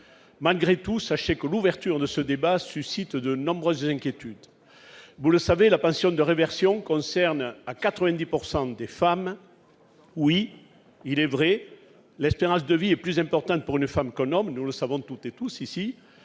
Malgré tout, sachez que l'ouverture de ce débat suscite de nombreuses inquiétudes. Vous le savez, la pension de réversion concerne à 90 % des femmes. Il est vrai que l'espérance de vie est plus importante pour une femme que pour un homme, comme nous le savons toutes et tous ici.